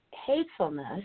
hatefulness